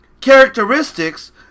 characteristics